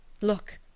Look